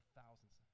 thousands